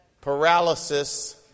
paralysis